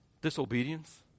Disobedience